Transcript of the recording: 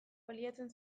baliatzen